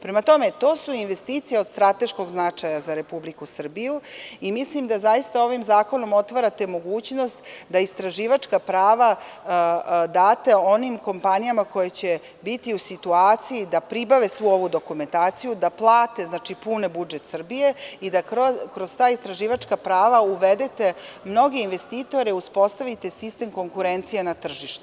Prema tome, to su investicije od strateškog značaja za RS i mislim da zaista ovim zakonom otvarate mogućnost da istraživačka prava date onim kompanijama koje će biti u situaciji da pribave svu ovu dokumentaciju, da plate, pune budžet Srbije i da kroz ta istraživačka prava uvedete mnoge investitore i uspostavite sistem konkurencije na tržištu.